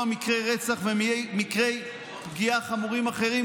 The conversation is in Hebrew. מקרי רצח ומקרי פגיעה חמורים אחרים,